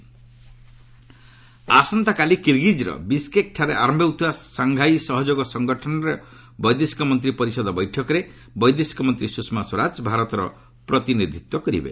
ସୁଷମା ସ୍ୱରାଜ୍ ଆସନ୍ତାକାଲି କିର୍ଗୀକ୍ର ବିଶ୍କେକ୍ଠାରେ ଆରମ୍ଭ ହେଉଥିବା ସାଙ୍ଘାଇ ସହଯୋଗ ସଙ୍ଗଠନର ବୈଦେଶିକ ମନ୍ତ୍ରୀ ପରିଷଦ ବୈଠକରେ ବୈଦେଶିକ ମନ୍ତ୍ରୀ ସୁଷମା ସ୍ୱରାଜ ଭାରତର ପ୍ରତିନିଧିତ୍ୱ କରିବେ